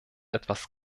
etwas